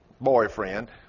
boyfriend